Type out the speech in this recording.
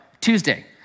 Tuesday